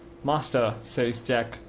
master, says jack,